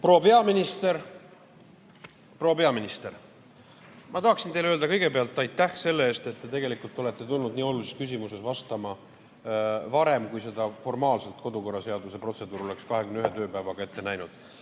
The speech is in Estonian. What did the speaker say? Proua peaminister! Ma tahan teile öelda kõigepealt aitäh selle eest, et te tegelikult olete tulnud nii olulises küsimuses vastama varem, kui seda formaalselt kodukorraseaduse protseduur on 21 tööpäeva jooksul ette näinud.